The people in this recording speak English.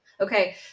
Okay